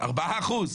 ארבעה אחוז?